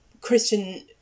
Christian